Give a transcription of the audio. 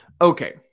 Okay